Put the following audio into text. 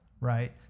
right